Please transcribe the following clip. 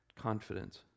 confidence